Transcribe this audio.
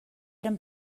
eren